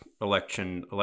Election